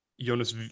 jonas